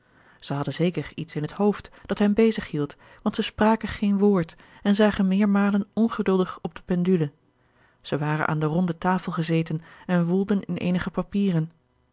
zij hadden zeker iets in het hoofd dat hen bezig hield want zij spraken geen woord en zagen meermalen ongeduldig op de pendule zij waren aan de ronde tafel gezeten en woelden in eenige papieren